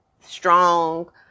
strong